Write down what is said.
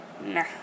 Nah